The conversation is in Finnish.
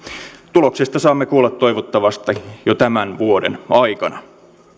tuloksista saamme kuulla toivottavasti jo tämän vuoden aikana